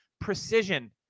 precision